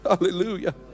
Hallelujah